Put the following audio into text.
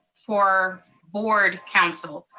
for board council,